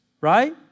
right